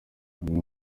bamwe